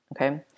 Okay